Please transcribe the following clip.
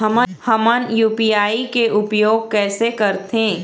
हमन यू.पी.आई के उपयोग कैसे करथें?